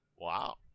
Wow